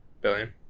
Billion